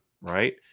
right